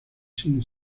sin